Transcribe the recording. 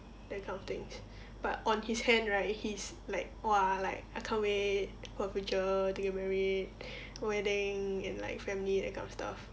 that kind of things but on his hand right he's like !wah! like I can't wait for the future to get married wedding and like family that kind of stuff